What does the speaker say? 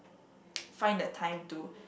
find the time to